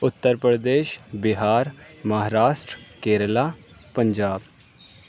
Uttar Pradesh Bihar Maharashtra Kerala Punjab